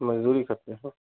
मज़दूरी करते हैं